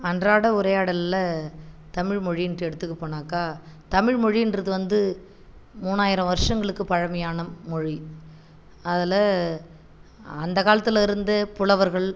அன்றாட உரையாடலில் தமிழ் மொழினுட்டு எடுத்துகிட்டுப் போனாக்கா தமிழ் மொழின்றது வந்து மூணாயிரம் வருஷங்களுக்கு பழமையான மொழி அதில் அந்தக் காலத்தில் இருந்து புலவர்கள்